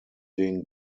den